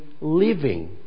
living